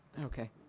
Okay